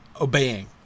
obeying